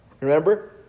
Remember